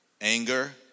anger